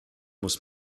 muss